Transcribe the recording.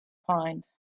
opined